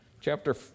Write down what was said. Chapter